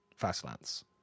Fastlands